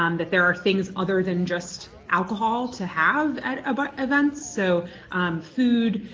um that there are things other than just alcohol to have at but events so food,